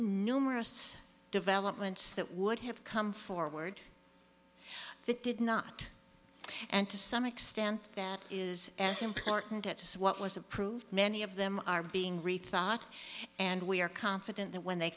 numerous developments that would have come forward they did not and to some extent that is as important as what was approved many of them are being rethought and we are confident that when they